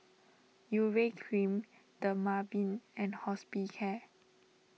Urea Cream Dermaveen and Hospicare